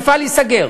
המפעל ייסגר.